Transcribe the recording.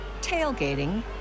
tailgating